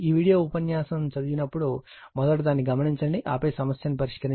ఈ వీడియో ఉపన్యాసం చదివినప్పుడు మొదట దాన్ని గమనించండి ఆపై సమస్యను పరిష్కరించండి